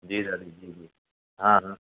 जी दादी जी जी हा हा